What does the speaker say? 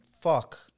fuck